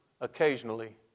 occasionally